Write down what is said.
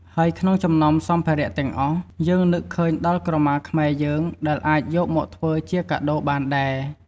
ហើយក្នុងចំណោមសម្ភារះទាំងអស់ យើងនឺកឃើញដល់ក្រមាខ្មែរយើងដែលអាចយកមកធ្វើជាការដូបានដែរ។